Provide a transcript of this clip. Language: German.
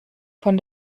von